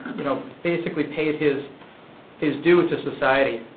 you know, basically paid his his due to society.